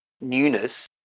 newness